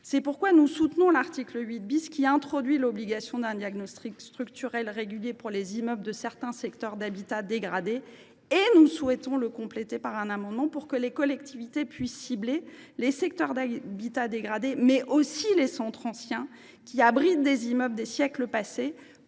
C’est pourquoi nous soutenons l’article 8, qui introduit l’obligation d’un diagnostic structurel régulier pour les immeubles de certains secteurs d’habitat dégradé. Et nous souhaitons le compléter par un amendement tendant à autoriser les collectivités à cibler les secteurs d’habitat dégradé, mais aussi les centres anciens qui abritent des immeubles des siècles passés.